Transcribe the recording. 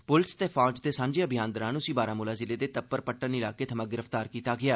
पुलस ते फौज दे सांझे अभियान दौरान उसी बारामूला जिले दे तप्पर पट्टन इलाके थमां गिरफ्तार कीता गेआ